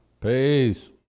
Peace